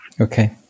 Okay